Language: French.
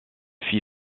fit